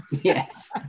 Yes